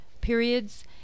periods